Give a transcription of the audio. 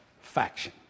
faction